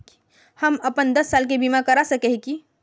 हम अपन दस साल के बीमा करा सके है की?